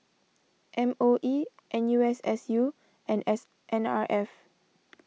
M O E N U S S U and S N R F